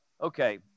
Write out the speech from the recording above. Okay